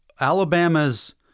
Alabama's